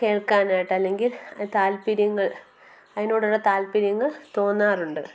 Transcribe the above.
കേൾക്കാനായിട്ടും അല്ലെങ്കിൽ താൽപര്യങ്ങൾ അതിനോടുള്ള താൽപര്യങ്ങൾ തോന്നാറുണ്ട്